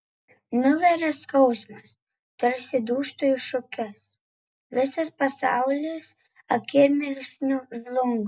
nuveria skausmas tarsi dūžtu į šukes visas pasaulis akimirksniu žlunga